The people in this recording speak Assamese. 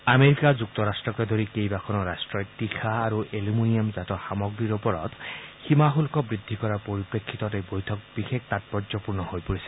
আমেৰিকা যুক্তৰট্টকে ধৰি কেইবাখনো ৰাট্টই তীখা আৰু এলুমিনিয়ামজাত সামগ্ৰীৰ ওপৰত সীমা শুল্ক বৃদ্ধি কৰাৰ পৰিপ্ৰেক্ষিতত এই বৈঠক বিশেষ তাৎপৰ্যপূৰ্ণ হৈ পৰিছে